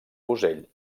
fusell